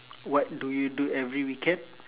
what do you do every weekend